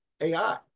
AI